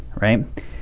right